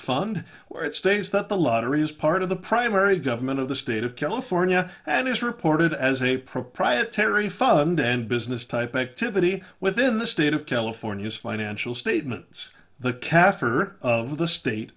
fund where it states that the lottery is part of the primary government of the state of california and is reported as a proprietary fund and business type activity within the state of california is financial statements the kaffir of the state